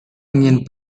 ingin